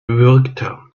würgte